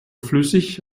flüssig